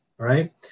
right